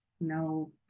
No